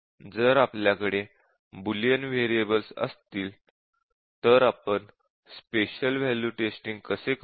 जर आपल्याकडे Boolean variables असतील तर आपण स्पेशल वॅल्यू टेस्टिंग कसे करू